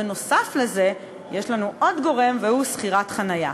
נוסף על זה, יש לנו עוד גורם, והוא שכירת חניה.